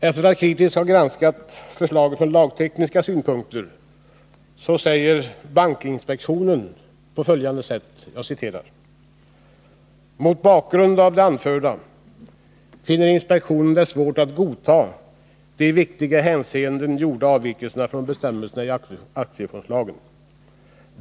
Efter att kritiskt ha granskat förslaget från lagtekniska synpunkter säger bankinspektionen på följande sätt: ”Mot bakgrund av det anförda finner inspektionen det svårt att godta de i viktiga hänseenden gjorda avvikelserna från bestämmelserna i AFL.